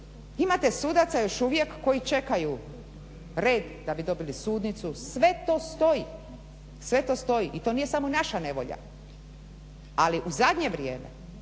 imate sudaca još uvijek koji čekaju red da bi dobili sudnicu, sve to stoji i to nije samo naša nevolja. Ali u zadnje vrijeme